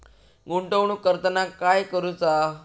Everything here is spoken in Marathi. गुंतवणूक करताना काय करुचा?